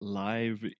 live